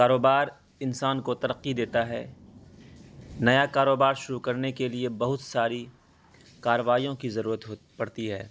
کاروبار انسان کو ترقی دیتا ہے نیا کاروبار شروع کرنے کے لیے بہت ساری کاروائیوں کی ضرورت ہو پڑتی ہے